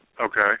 Okay